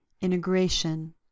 integration